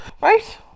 Right